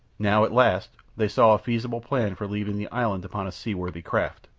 now at last they saw a feasible plan for leaving the island upon a seaworthy craft.